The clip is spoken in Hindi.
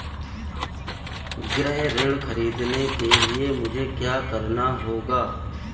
गृह ऋण ख़रीदने के लिए मुझे क्या करना होगा?